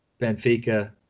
Benfica